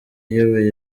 iyoboye